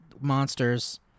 monsters